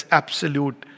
absolute